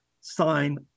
sign